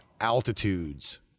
Altitudes